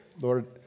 Lord